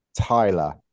Tyler